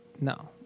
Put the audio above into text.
No